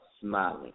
smiling